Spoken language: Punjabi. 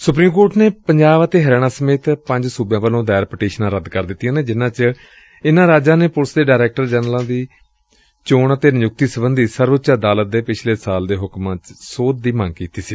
ਸੁਪਰੀਮ ਕੋਰਟ ਨੇ ਪੰਜਾਬ ਅਤੇ ਹਰਿਆਣਾ ਸਮੇਤ ਪੰਜ ਸੁਬਿਆਂ ਵੱਲੋਂ ਦਾਇਰ ਪਟੀਸ਼ਨਾਂ ਰੱਦ ਕਰ ਦਿੱਤੀਆਂ ਨੇ ਜਿਨੂਾ ਚ ਇਨੂਾ ਰਾਜਾਂ ਨੇ ਪੁਲਿਸ ਦੇ ਡਾਇਰੈਕਟਰ ਜਨਰਲ ਦੀ ਚੋਣ ਅਤੇ ਨਿਯੁਕਤੀ ਸਬੰਧੀ ਸਰਵ ਉੱਚ ਅਦਾਲਤ ਦੇ ਪਿਛਲੇ ਸਾਲ ਦੇ ਹੁਕਮਾਂ ਚ ਸੋਧ ਦੀ ਮੰਗ ਕੀਤੀ ਸੀ